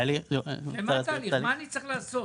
מה אני צריך לעשות?